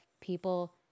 people